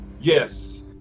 Yes